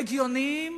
הגיוניים,